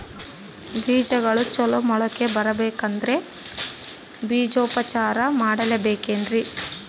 ಬೇಜಗಳು ಚಲೋ ಮೊಳಕೆ ಬರಬೇಕಂದ್ರೆ ಬೇಜೋಪಚಾರ ಮಾಡಲೆಬೇಕೆನ್ರಿ?